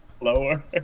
lower